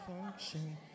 function